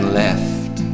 left